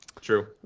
True